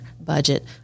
budget